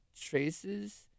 Traces